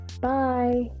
Bye